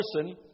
person